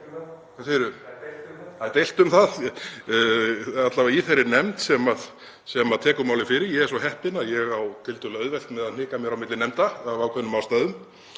um það.) Það er deilt um það, en alla vega í þeirri nefnd sem tekur málið fyrir. Ég er svo heppinn að ég á tiltölulega auðvelt með að hnika mér á milli nefnda af ákveðnum ástæðum.